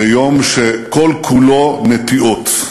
ביום שכל-כולו נטיעות.